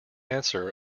answer